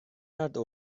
not